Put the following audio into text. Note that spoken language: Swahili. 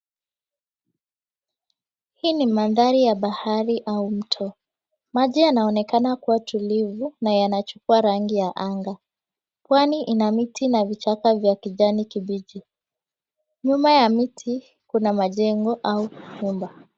Hii ni mandhari ya bahari au mto. Maji yanayonekana kua tulivu na yanachukua rangi ya anga. Pwani ina miti na vichaka vya kijani kibichi. Nyuma ya miti kuna majengo au nyumba.